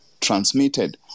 transmitted